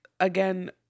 again